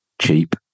cheap